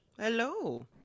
Hello